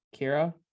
Kira